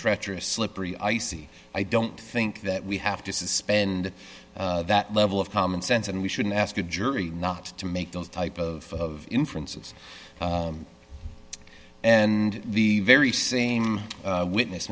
treacherous slippery icy i don't think that we have to suspend that level of common sense and we shouldn't ask a jury not to make those type of inferences and the very same witness